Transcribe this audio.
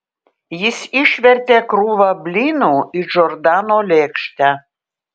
jis išvertė krūvą blynų į džordano lėkštę